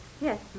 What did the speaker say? Yes